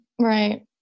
Right